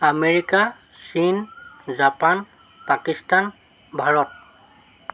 America চীন Japan Pakistan Bharat